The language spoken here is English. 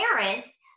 parents